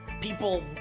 people